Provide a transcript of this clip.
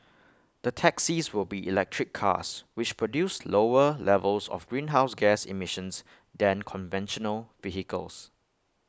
the taxis will be electric cars which produce lower levels of greenhouse gas emissions than conventional vehicles